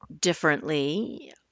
differently